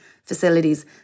facilities